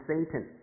Satan